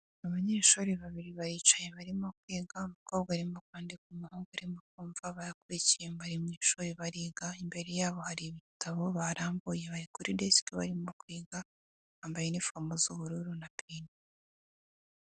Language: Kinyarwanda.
Abanyeshuri babiri bayicaye barimo kwiga, umukobwa arimo kwandika, umuhungu arimo kumva, bakurikiye bari mu ishuri bariga, imbere yabo hari ibitabo barambuye bari kuri desiki barimo kwiga, bambaye inifomu z'ubururu na peni.